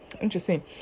Interesting